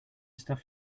stuff